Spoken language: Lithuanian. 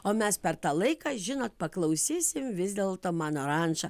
o mes per tą laiką žinot paklausysim vis dėlto mano rančą